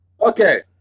Okay